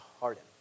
harden